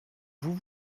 vous